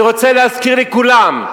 אני רוצה להזכיר לכולם,